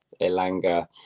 Elanga